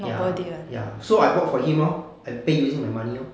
ya ya so I bought for him lor and pay using my money lor